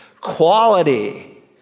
Quality